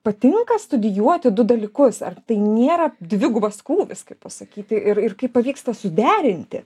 patinka studijuoti du dalykus ar tai nėra dvigubas krūvis kaip pasakyti ir ir kaip pavyksta suderinti